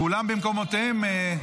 כולם במקומותיהם?